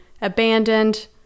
abandoned